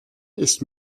ist